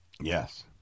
Yes